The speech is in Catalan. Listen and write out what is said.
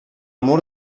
mur